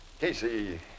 Casey